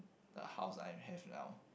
the house I have now